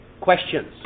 Questions